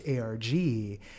ARG